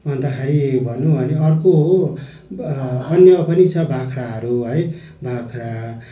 अन्तखेरि भन्नु हो भने अर्को अन्य पनि छ बाख्राहरू है बाख्रा